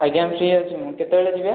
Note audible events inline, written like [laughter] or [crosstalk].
ଆଜ୍ଞା ଫ୍ରି [unintelligible] ଅଛି ମୁଁ କେତେବେଳେ ଯିବେ